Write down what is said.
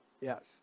Yes